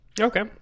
Okay